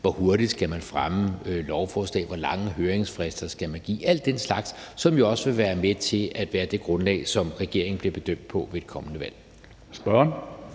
hvor hurtigt man skal fremme lovforslag, hvor lange høringsfrister man skal give og alle den slags ting, som jo også vil være med til at danne det grundlag, som regeringen bliver bedømt på ved et kommende valg.